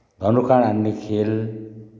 धनुकाँड हान्ने खेल